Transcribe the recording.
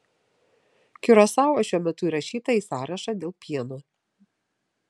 kiurasao šiuo metu įrašyta į sąrašą dėl pieno